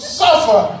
suffer